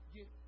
Get